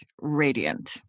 radiant